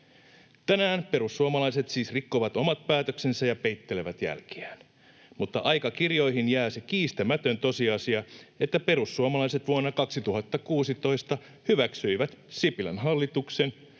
Tänään perussuomalaiset siis rikkovat omat päätöksensä ja peittelevät jälkiään, mutta aikakirjoihin jää se kiistämätön tosiasia, että perussuomalaiset vuonna 2016 hyväksyivät Sipilän hallituksen